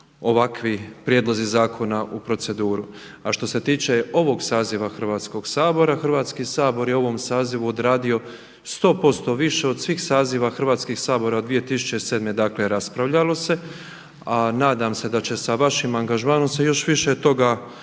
ovakvi prijedlozi zakona u proceduru. A što se tiče ovog saziva Hrvatskoga sabora, Hrvatski sabor je u ovom sazivu odradio 100% više od svih saziva Hrvatskih sabora od 2007., dakle raspravljalo se. A nadam se da će sa vašim angažmanom se još više toga